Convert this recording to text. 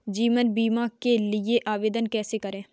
जीवन बीमा के लिए आवेदन कैसे करें?